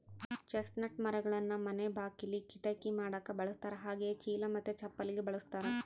chestnut ಮರಗಳನ್ನ ಮನೆ ಬಾಕಿಲಿ, ಕಿಟಕಿ ಮಾಡಕ ಬಳಸ್ತಾರ ಹಾಗೆಯೇ ಚೀಲ ಮತ್ತೆ ಚಪ್ಪಲಿಗೆ ಬಳಸ್ತಾರ